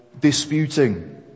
disputing